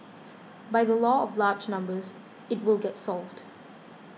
by the law of large numbers it will get solved